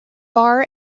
bar